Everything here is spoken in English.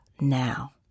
now